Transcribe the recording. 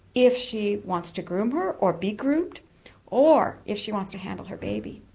if she wants to groom her or be groomed or if she wants to handle her baby.